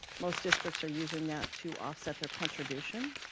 most districts are using that to offset their contribution.